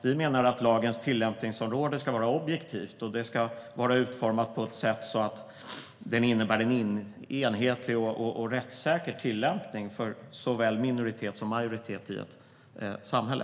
Vi menar att lagens tillämpningsområde ska vara objektivt och att lagen ska vara utformad så att den innebär en enhetlig och rättssäker tillämpning för såväl minoritet som majoritet i ett samhälle.